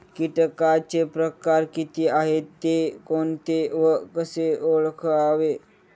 किटकांचे प्रकार किती आहेत, ते कोणते व कसे ओळखावे?